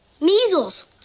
measles